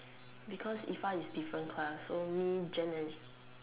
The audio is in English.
because if a is different class so me Jen and